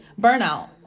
burnout